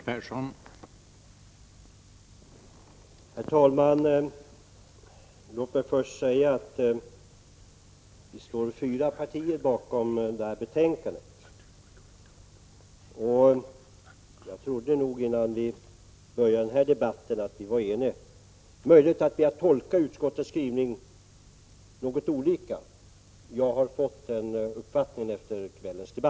Herr talman! Låt mig först säga att det står fyra partier bakom betänkandet. Jag trodde innan vi började denna debatt att vi var eniga. Jag har efter kvällens debatt fått den uppfattningen att vi har tolkat utskottets skrivning något olika.